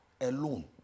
alone